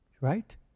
right